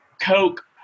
Coke